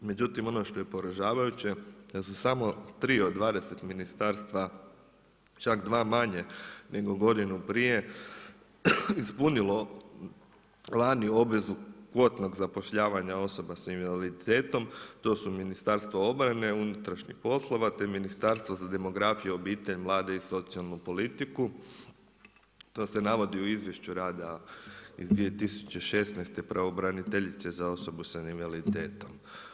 Međutim ono što je poražavajuće, da su samo 3 od 20 ministarstva čak manje nego godinu prije ispunilo lani obvezu kvotnog zapošljavanja osoba s invaliditetom, to su Ministarstvo obrane, unutarnjih poslova te Ministarstvo za demografiju, obitelj, mlade i socijalnu politiku, to se navodi u izvješću rada iz 2016. pravobraniteljice za osobu s invaliditetom.